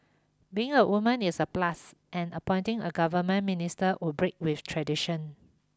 being a woman is a plus and appointing a government minister would break with tradition